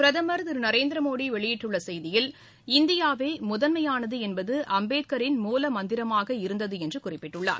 பிரதமர் திரு நரேந்திர மோடி வெளியிட்டுள்ள செய்தியில் இந்தியாவே முதன்மையானது என்பது அம்பேத்கரின் மூலமந்திரமாக இருந்தது என்று குறிப்பிட்டுள்ளார்